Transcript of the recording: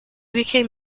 became